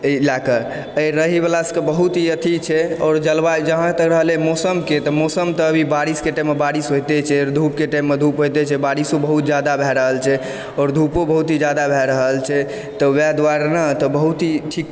एहि लयके रहयवला सभके बहुत ही अथी छै आओर जलवायु जहाँ तक रहलय मौसमके तऽ मौसम तऽ अभी बारिशके टाइममे बारिश होइते छै आओर धूपके टाइममे धूप होइते छै बारिशो बहुत जादा भए रहल छै आओर धूपो बहुत ही जादा भए रहल छै तऽ वएह दुआरे न तऽ बहुत ही